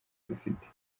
dufite